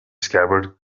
scabbard